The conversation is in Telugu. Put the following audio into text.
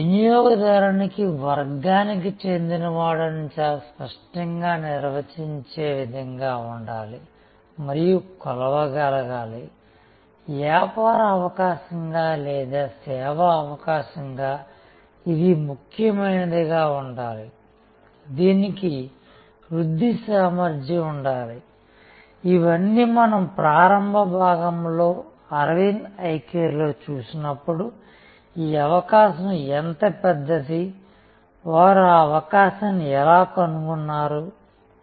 వినియోగదారుని వర్గానికి చెందినవాడు అని చాలా స్పష్టంగా నిర్వచించే విధంగా ఉండాలి మరియు కొలవగలగాలి వ్యాపార అవకాశంగా లేదా సేవా అవకాశంగా ఇది ముఖ్యమైనదిగా ఉండాలి దీనికి వృద్ధి సామర్థ్యం ఉండాలి ఇవన్నీ మనం ప్రారంభ భాగంలో అరవింద్ ఐ కేర్ లో చూసినప్పుడు ఈ అవకాశం ఎంత పెద్దది వారు ఆ అవకాశాన్ని ఎలా కనుగొన్నారు